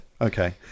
okay